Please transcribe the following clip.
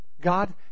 God